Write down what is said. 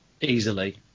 Easily